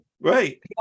Right